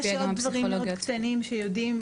יש עוד דברים קטנים שיודעים,